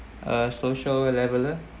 a social leveller